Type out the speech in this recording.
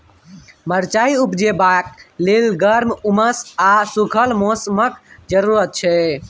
मरचाइ उपजेबाक लेल गर्म, उम्मस आ सुखल मौसमक जरुरत छै